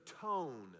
tone